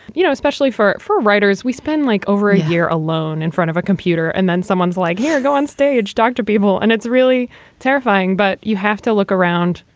you know, especially for four writers we spend like over a year alone in front of a computer and then someone's like, here, go on stage, doctor people. and it's really terrifying. but you have to look around,